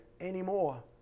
anymore